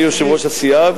אני יושב-ראש הסיעה,